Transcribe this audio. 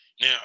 Now